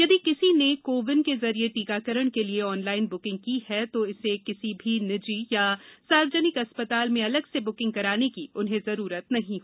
यदि किसी ने को विन के जरिए टीकाकरण के लिए ऑनलाइन बुकिंग की है तो इसे किसी भी निजी या सार्वजनिक अस्पताल में अलग से बुकिंग कराने की जरूरत नहीं है